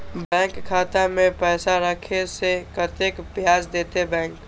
Bank खाता में पैसा राखे से कतेक ब्याज देते बैंक?